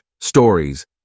stories